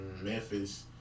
Memphis